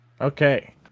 Okay